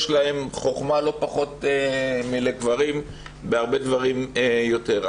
חכמה לא פחות מאשר יש לגברים ובהרבה דברים יותר.